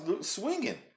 swinging